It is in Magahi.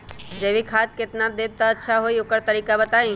जैविक खाद केतना देब त अच्छा होइ ओकर तरीका बताई?